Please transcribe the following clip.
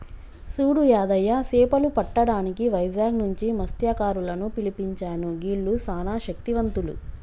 సూడు యాదయ్య సేపలు పట్టటానికి వైజాగ్ నుంచి మస్త్యకారులను పిలిపించాను గీల్లు సానా శక్తివంతులు